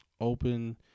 open